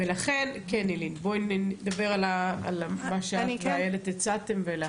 ולכן כן, נילי, בואי נדבר על מה שאת ואיילת הצעתן.